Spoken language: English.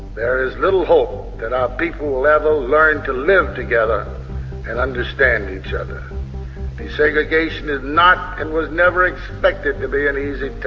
there is little hope that our people will ever learn to live together and understand each other desegregation is not and was never expected to be an easy task.